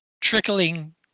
trickling